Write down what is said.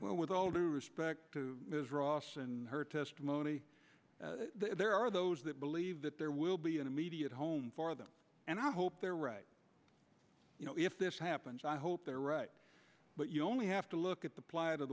well with all due respect to her testimony there are those that believe that there will be an immediate home for them and i hope they're right you know if this happens i hope they're right but you only have to look at the plight of